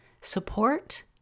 support